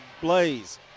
blaze